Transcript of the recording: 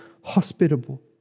hospitable